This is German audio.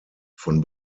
von